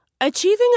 Achieving